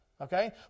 Okay